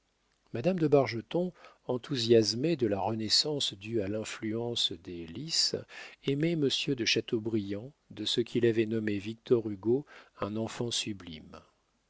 madame de bargeton enthousiasmée de la renaissance due à l'influence des lis aimait monsieur de chateaubriand de ce qu'il avait nommé victor hugo un enfant sublime